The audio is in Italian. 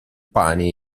pane